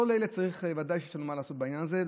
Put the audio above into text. ודאי שיש לנו מה לעשות בעניין הזה.